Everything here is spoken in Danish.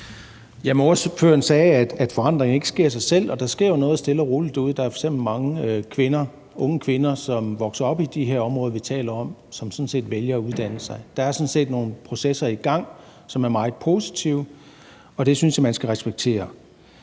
(EL): Ordføreren sagde, at forandringer ikke sker af sig selv. Og der sker jo stille og roligt noget derude. Der er jo f.eks. mange unge kvinder, som vokser op i de her områder, vi taler om, som vælger at uddanne sig. Der er sådan set nogle processer i gang, som er meget positive, og det synes jeg man skal respektere.